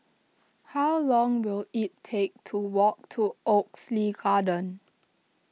how long will it take to walk to Oxley Garden